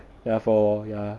ya for ya